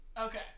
Okay